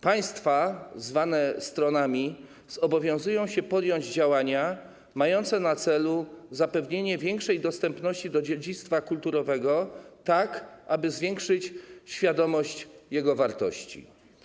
Państwa zwane stronami zobowiązują się podjąć działania mające na celu zapewnienie większej dostępności dziedzictwa kulturowego, tak aby zwiększyć świadomość jego wartości.